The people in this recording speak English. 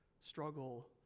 struggle